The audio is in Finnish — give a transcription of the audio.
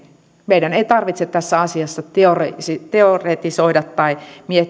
meidän ei tarvitse tässä asiassa teoretisoida teoretisoida tai